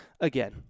Again